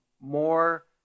more